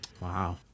Wow